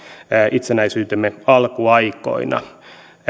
itsenäisyytemme alkuaikoina